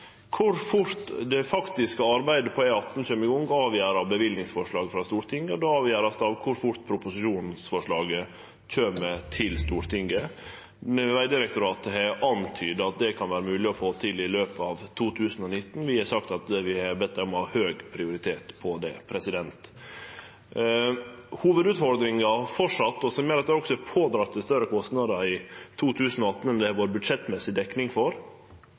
Kor fort det faktiske arbeidet på E18 kjem i gong, vert avgjort av løyvingsforslag frå Stortinget, og det vert avgjort av kor fort proposisjonen kjem til Stortinget. Vegdirektoratet har antyda at det kan vere mogleg å få det til i 2019. Vi har bedt dei om å ha høg prioritet på det. Hovudutfordringa, som gjer at dette har drege på seg større kostnader i 2018 enn det har vore dekning for